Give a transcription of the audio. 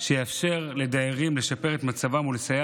שיאפשר לדיירים לשפר את מצבם ויסייע